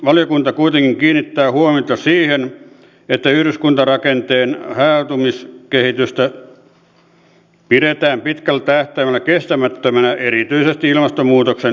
valiokunta kuitenkin kiinnittää huomiota siihen että yhdyskuntarakenteen hajautumiskehitystä pidetään pitkällä tähtäimellä kestämättömänä erityisesti ilmastonmuutoksen näkökulmasta